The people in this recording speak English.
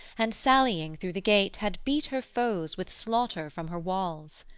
and sallying through the gate, had beat her foes with slaughter from her walls.